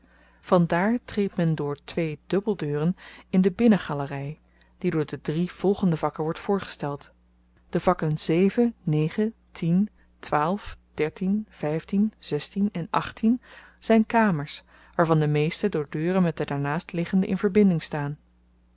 van daar treedt men door twee dubbeldeuren in de binnengalery die door de drie volgende vakken wordt voorgesteld de vakken zyn kamers waarvan de meesten door deuren met de daarnaast liggenden in verbinding staan